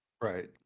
Right